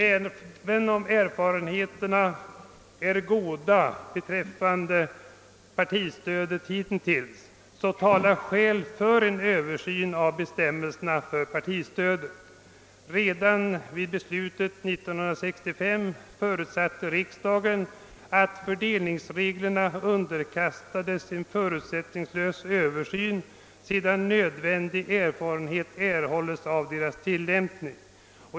även om erfarenheterna hittills är goda beträffande partistödet, finns det skäl som talar för en översyn av bestämmelserna. Redan när beslutet fattades 1965 förutsatte riksdagen att »fördelningsreglerna underkastades en förutsättningslös översyn, sedan nödvändig erfarenhet erhållits av deras tillämpning».